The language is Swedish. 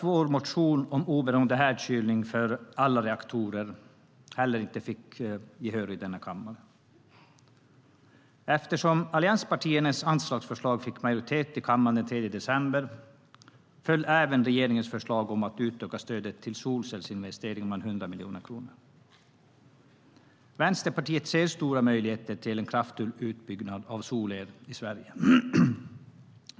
Vår motion om oberoende härdkylning för alla reaktorer fick inte heller gehör i denna kammare. Eftersom allianspartiernas anslagsförslag fick majoritet i kammaren den 3 december föll även regeringens förslag om att utöka stödet till solcellsinvesteringar med 100 miljoner kronor. Vänsterpartiet ser stora möjligheter till en kraftfull utbyggnad av solel i Sverige.